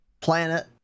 Planet